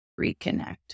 reconnect